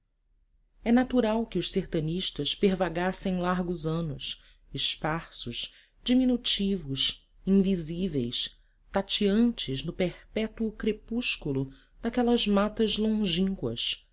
é natural que os sertanistas pervagassem largos anos esparsos diminutos invisíveis tateantes no perpétuo crepúsculo daquelas matas longínquas